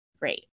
Great